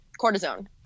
Cortisone